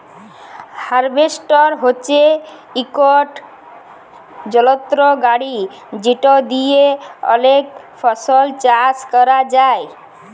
harvester হছে ইকট যলত্র গাড়ি যেট দিঁয়ে অলেক ফসল চাষ ক্যরা যায়